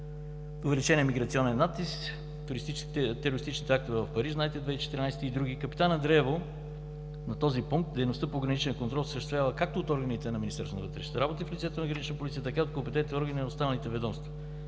увеличеният миграционен натиск, терористичните актове в Париж – знаете през 2014 г., и други. „Капитан Андреево“, на този пункт дейността по граничния контрол се осъществява както от органите на Министерството на вътрешните работи в лицето на „Гранична полиция“, така и от компетентните органи на останалите ведомства